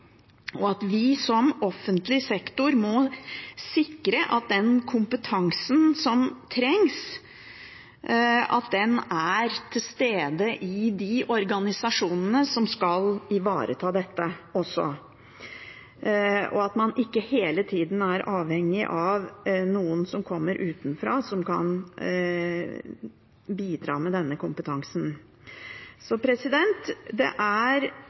til nå. Vi som offentlig sektor må sikre at den kompetansen som trengs, er til stede i de organisasjonene som skal ivareta dette også, og at man ikke hele tida er avhengig av noen som kommer utenfra og kan bidra med denne kompetansen. Det er